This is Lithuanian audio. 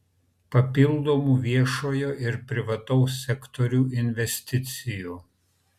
papildomų viešojo ir privataus sektorių investicijų